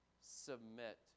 submit